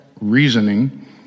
reasoning